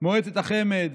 מועצת החמ"ד,